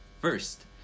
first